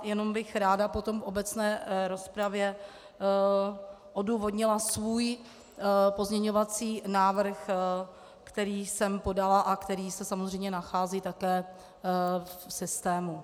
Jenom bych ráda potom v obecné rozpravě odůvodnila svůj pozměňovací návrh, který jsem podala a který se samozřejmě nachází také v systému.